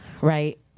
Right